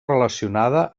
relacionada